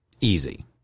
Easy